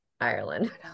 Ireland